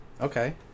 Okay